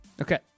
Okay